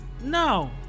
No